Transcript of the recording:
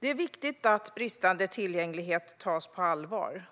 Det är viktigt att bristande tillgänglighet tas på allvar.